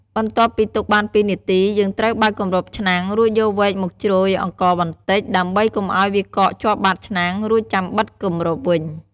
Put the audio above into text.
បន្ទាប់ពីទុកបាន២នាទី យើងត្រូវបើកគម្របឆ្នាំង រួចយកវែកមកជ្រោយអង្ករបន្តិច ដើម្បីកុំឱ្យវាកកជាប់បាតឆ្នាំង រួចចាំបិទគម្របវិញ។